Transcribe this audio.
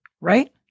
right